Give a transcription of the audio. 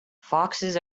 foxes